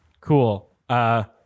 Cool